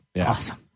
Awesome